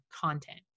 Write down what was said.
content